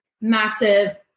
massive